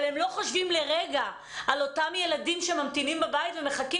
אבל הם לא חושבים לרגע על אותם ילדים שממתינים בבית ומחכים